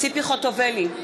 ציפי חוטובלי,